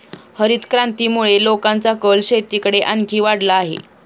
हरितक्रांतीमुळे लोकांचा कल शेतीकडे आणखी वाढला आहे